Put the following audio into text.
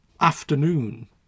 afternoon